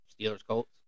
Steelers-Colts